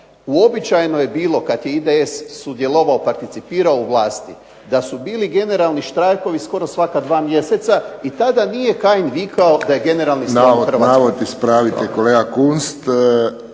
Uobičajeno je bilo kada je IDS sudjelovao, participirao u vlasti da su bili generalni štrajkovi gotovo svaka 2 mjeseca i tada nije Kajin vikao da je generalni… Hrvatske.